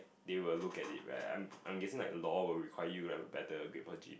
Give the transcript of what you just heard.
they will look at it right I'm guessing like law will require you have a better grade achieve